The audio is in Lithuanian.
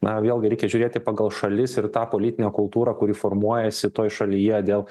na vėlgi reikia žiūrėti pagal šalis ir tą politinę kultūrą kuri formuojasi toj šalyje dėl